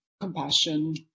compassion